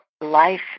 life